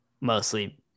mostly